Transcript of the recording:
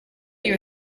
you